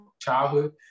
childhood